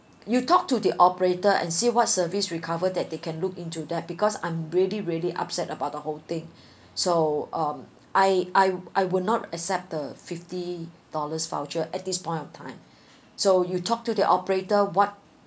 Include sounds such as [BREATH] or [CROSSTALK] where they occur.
you talk to the operator and see what service recover that they can look into that because I'm really really upset about the whole thing [BREATH] so um I I I will not accept the fifty dollars voucher at this point of time [BREATH] so you talk to the operator what